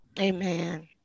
Amen